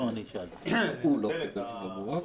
אין לי כל כך מה לתרום לדיון,